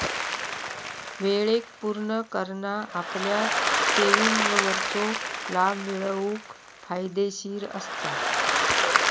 वेळेक पुर्ण करना आपल्या सेविंगवरचो लाभ मिळवूक फायदेशीर असता